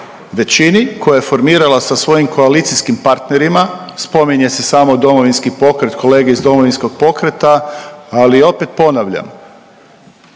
većini koja je formirala sa svojim koalicijskim partnerima, spominje se samo Domovinski pokret, kolege iz Domovinskog pokreta ali opet ponavljam